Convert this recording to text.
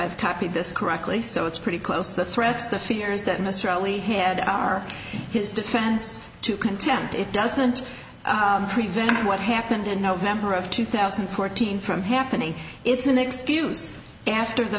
i've copied this correctly so it's pretty close to threats the fears that mr all we had our his defense to contempt it doesn't prevent what happened in november of two thousand and fourteen from happening it's an excuse after the